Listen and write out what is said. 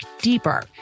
deeper